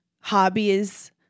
hobbies